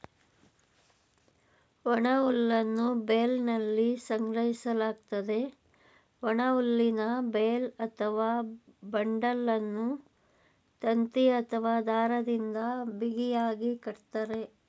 ಒಣಹುಲ್ಲನ್ನು ಬೇಲ್ನಲ್ಲಿ ಸಂಗ್ರಹಿಸಲಾಗ್ತದೆ, ಒಣಹುಲ್ಲಿನ ಬೇಲ್ ಅಥವಾ ಬಂಡಲನ್ನು ತಂತಿ ಅಥವಾ ದಾರದಿಂದ ಬಿಗಿಯಾಗಿ ಕಟ್ತರೆ